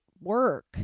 work